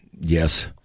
Yes